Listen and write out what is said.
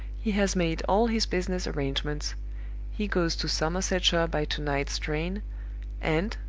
he has made all his business arrangements he goes to somersetshire by to-night's train and,